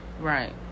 Right